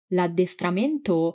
L'addestramento